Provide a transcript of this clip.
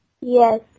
Yes